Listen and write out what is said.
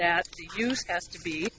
that has to be